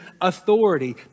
authority